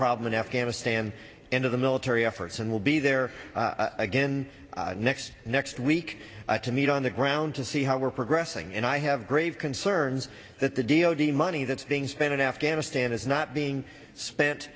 problem in afghanistan and of the military efforts and will be there again next next week to meet on the ground to see how we're progressing and i have grave concerns that the deal the money that's being spent in afghanistan is not being spent